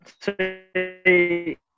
say